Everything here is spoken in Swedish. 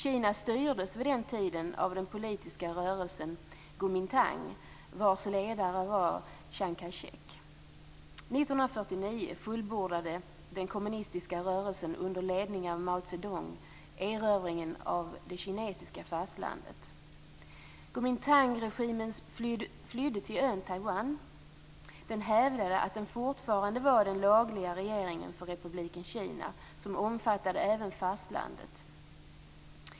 Kina styrdes vid den tiden av den politiska rörelsen Guomindangregimen flydde till ön Taiwan. Den hävdade att den fortfarande var den lagliga regeringen för republiken Kina som även omfattade fastlandet.